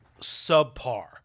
subpar